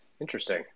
Interesting